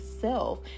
self